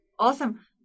Awesome